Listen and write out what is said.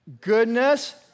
Goodness